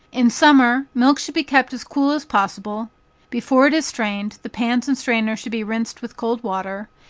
in summer, milk should be kept as cool as possible before it is strained, the pans and strainer should be rinsed with cold water,